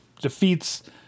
defeats